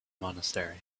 monastery